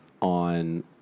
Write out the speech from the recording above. on